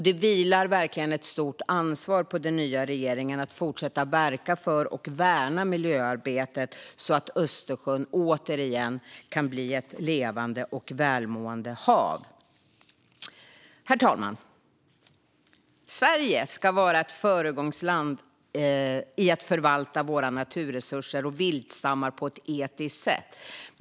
Det vilar verkligen ett stort ansvar på den nya regeringen att fortsätta att verka för och värna miljöarbetet så att Östersjön återigen kan bli ett levande och välmående hav. Herr talman! Sverige ska vara ett föregångsland i att förvalta våra naturresurser och viltstammar på ett etiskt sätt.